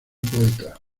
poeta